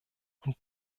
und